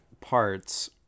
parts